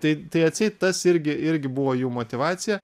tai tai atseit tas irgi irgi buvo jų motyvacija